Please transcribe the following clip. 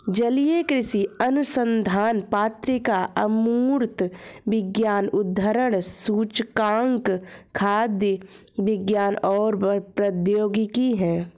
जलीय कृषि अनुसंधान पत्रिका अमूर्त विज्ञान उद्धरण सूचकांक खाद्य विज्ञान और प्रौद्योगिकी है